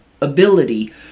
ability